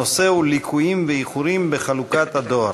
הנושא הוא: ליקויים ואיחורים בחלוקת הדואר.